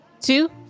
two